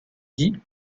dit